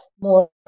more